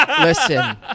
Listen